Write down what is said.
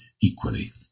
equally